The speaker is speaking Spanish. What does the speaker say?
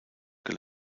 que